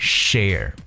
share 。